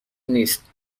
نیست